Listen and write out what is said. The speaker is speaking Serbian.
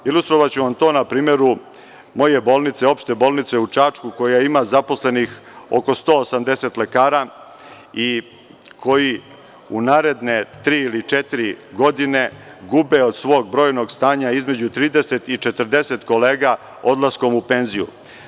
Ilustrovaću vam to na primeru moje bolnice, opšte bolnice u Čačku, koja ima zaposlenih oko 180 lekara i koji u naredne tri ili četiri godine gube od svog brojnog stanja između 30 i 40 kolega odlaskom u penziju.